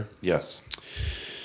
Yes